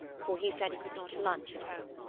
for he said he could not lunch at home.